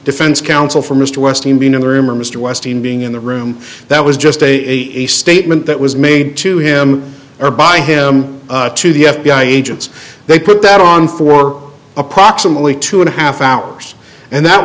defense counsel for mr west in being in the room or mr westin being in the room that was just a statement that was made to him or by him to the f b i agents they put that on for approximately two and a half hours and that